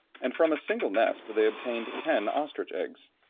and from a single nest they obtained ten ostrich eggs.